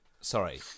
Sorry